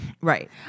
Right